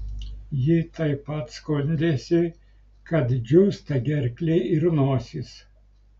ji taip pat skundėsi kad džiūsta gerklė ir nosis